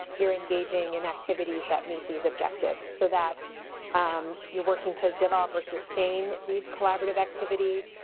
you're engaging in activities that meet these objectives. so that's you're working to develop or sustain these collaborative activities.